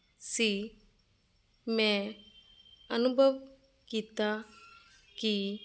ਸੀ ਮੈਂ ਅਨੁਭਵ ਕੀਤਾ ਕਿ